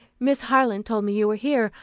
miss harland told me you were here.